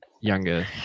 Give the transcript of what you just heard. younger